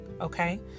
Okay